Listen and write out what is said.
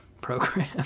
Program